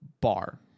bar